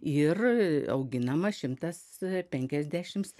ir auginama šimtas penkiasdešims